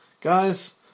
Guys